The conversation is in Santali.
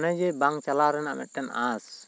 ᱚᱱᱮ ᱡᱮ ᱵᱟᱝ ᱪᱟᱞᱟᱣ ᱨᱮᱱᱟᱜ ᱢᱤᱫᱴᱟᱝ ᱟᱸᱥ